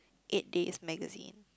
eight days magazine